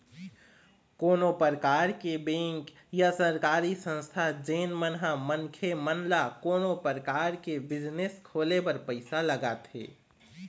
कोनो परकार के बेंक या सरकारी संस्था जेन मन ह मनखे मन ल कोनो परकार के बिजनेस खोले बर पइसा लगाथे